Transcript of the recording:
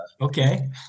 okay